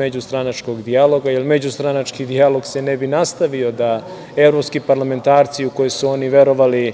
međustranačkog dijaloga, jer međustranački dijalog se ne bi nastavio da su evropski parlamentarci, u koje su oni verovali,